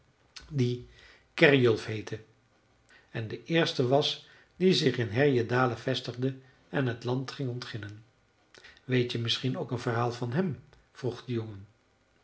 die kärjulf heette en de eerste was die zich in härjedalen vestigde en het land ging ontginnen weet je misschien ook een verhaal van hem vroeg de jongen